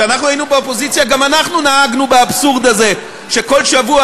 כשאנחנו היינו באופוזיציה גם אנחנו נהגנו באבסורד הזה שכל שבוע